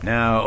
Now